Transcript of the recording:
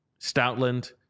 Stoutland